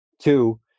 Two